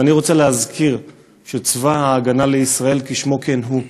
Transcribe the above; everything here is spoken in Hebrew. ואני רוצה להזכיר שצבא הגנה לישראל כשמו כן הוא,